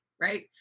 right